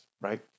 right